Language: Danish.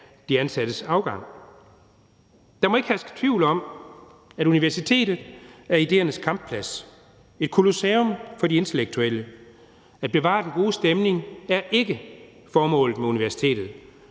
de ansattes afgang. Der må ikke herske tvivl om, at universitetet er idéernes kampplads, et Colosseum for de intellektuelle. At bevare den gode stemning er ikke formålet med universitetet.